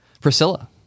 Priscilla